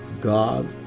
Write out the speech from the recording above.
God